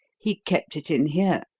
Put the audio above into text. he kept it in here.